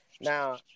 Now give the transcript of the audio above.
Now